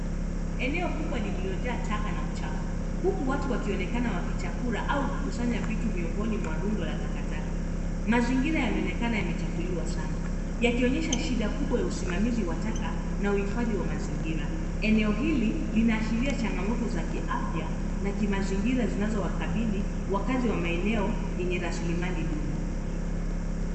Eneo kubwa limejaa uchafu. Watu wanayoonekana wakiokota au kukusanya vitu miongoni mwa taka. Mazingira yanaonekana yameharibiwa sana. Hali hii inaonyesha matatizo makubwa ya usimamizi na uharibifu wa mazingira. Eneo hili linakisia changamoto za kiafya kwa wakazi wa maeneo yenye rasilimali duni